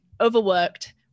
overworked